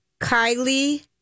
Kylie